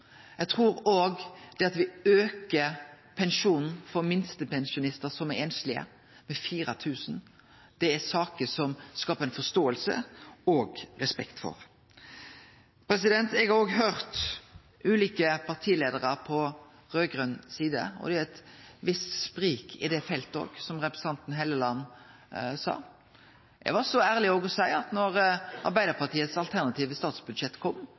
Eg trur òg det at me aukar pensjonen for minstepensjonistar som er einslege, med 4 000 kr, er saker som skaper forståing og respekt. Eg har òg høyrt ulike partileiarar på raud-grøn side. Det er eit visst sprik i det feltet òg, som representanten Helleland sa. Eg var så ærleg då Arbeidarpartiets alternative statsbudsjett kom,